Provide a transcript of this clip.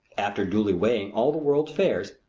after duly weighing all the world's fairs,